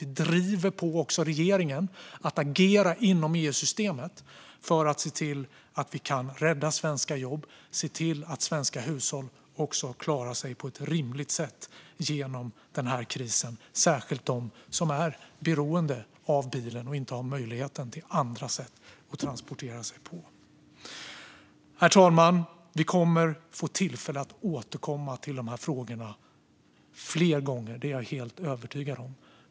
Vi driver också på regeringen när det gäller att agera inom EU-systemet för att se till att vi kan rädda svenska jobb och se till att svenska hushåll klarar sig på ett rimligt sätt genom denna kris. Jag tänker särskilt på dem som är beroende av bilen och som inte har möjlighet att transportera sig på andra sätt. Herr talman! Vi kommer att få tillfälle att återkomma till dessa frågor flera gånger; det är jag helt övertygad om.